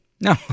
No